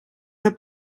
del